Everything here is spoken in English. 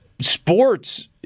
Sports